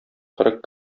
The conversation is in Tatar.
кырык